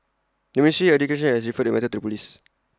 the ministry education has referred the whether to the Police